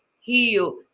heal